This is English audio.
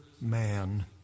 man